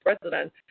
president